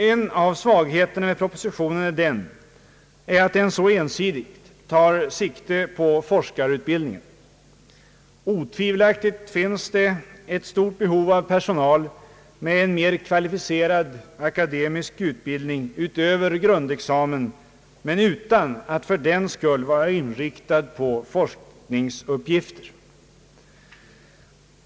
En av svagheterna med propositionen är att den så ensidigt tar sikte på forskarutbildningen. Otvivelaktigt finns det ett stort behov av personal med en mer kvalificerad akademisk utbildning utöver grundexamen men utan att fördenskull vara inriktad på forskningsuppgifter.